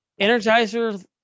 Energizer